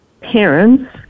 parents